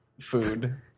food